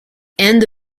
end